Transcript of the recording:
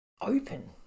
open